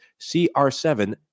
CR7